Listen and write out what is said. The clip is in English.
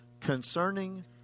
concerning